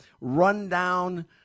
rundown